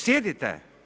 Sjedite.